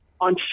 on